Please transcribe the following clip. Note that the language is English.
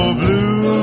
blue